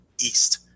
East